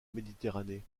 méditerranée